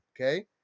Okay